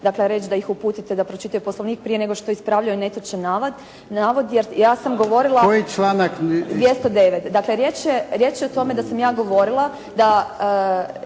dakle, reći da ih uputite da pročitaju Poslovnik prije nego što ispravljaju netočan navod. Jer ja sam govorila. …/Upadica: Koji članak?/… 209. Dakle, riječ je o tome da sam ja govorila da